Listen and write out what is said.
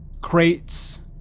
crates